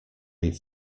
rate